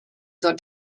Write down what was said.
ddod